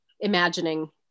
imagining